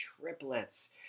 triplets